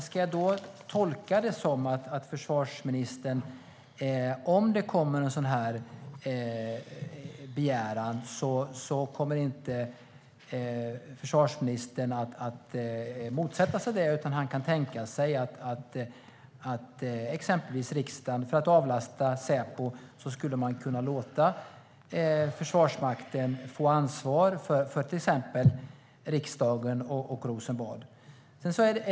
Ska jag tolka det som att om det läggs fram en sådan begäran kommer försvarsministern inte att motsätta sig den, utan han kan tänka sig att, för att avlasta Säpo, låta Försvarsmakten få ansvar för till exempel riksdagen och Rosenbad?